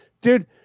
dude